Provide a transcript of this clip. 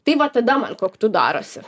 tai vat tada man koktu darosi